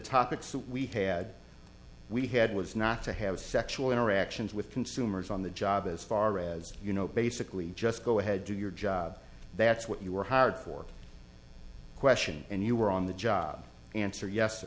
topics that we had we had was not to have sexual interactions with consumers on the job as far as you know basically just go ahead do your job that's what you were hired for question and you were on the job answer yes